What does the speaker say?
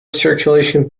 circulation